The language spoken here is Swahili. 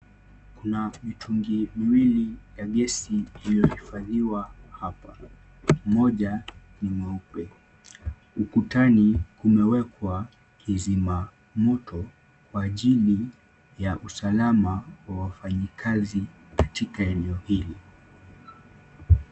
Kuna mitungi miwili ya gesi iliyohifadhiwa hapa. Moja ni mweupe. Ukutani kumewekwa kizima moto kwa ajili ya usalama wa wafanyikazi katika eneo hili.